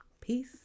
Peace